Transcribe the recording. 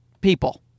people